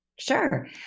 Sure